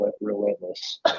relentless